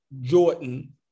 Jordan